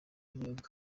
ibinyobwa